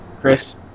Chris